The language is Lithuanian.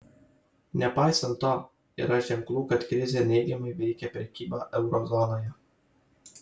nepaisant to yra ženklų kad krizė neigiamai veikia prekybą euro zonoje